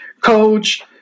coach